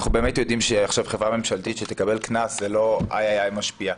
אנחנו באמת יודעים שעכשיו חברה שתקבל קנס זה לא אי אי אי משפיע.